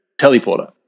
teleporter